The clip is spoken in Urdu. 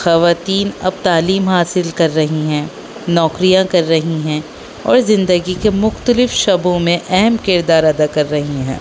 خواتین اب تعلیم حاصل کر رہی ہیں نوکریاں کر رہی ہیں اور زندگی کے مختلف شعبوں میں اہم کردار ادا کر رہی ہیں